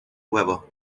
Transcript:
huevos